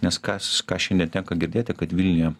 nes kas ką šiandien tenka girdėti kad vilniuje